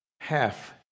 half